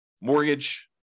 mortgage